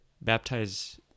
baptize